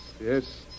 yes